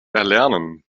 erlernen